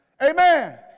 Amen